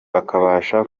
bakabasha